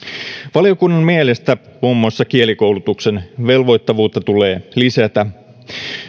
valiokunnan mielestä muun muassa kielikoulutuksen velvoittavuutta tulee lisätä